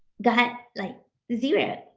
got like zero.